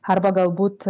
arba galbūt